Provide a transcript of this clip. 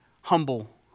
humble